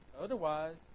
otherwise